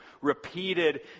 repeated